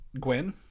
Gwen